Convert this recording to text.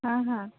ହଁ ହଁ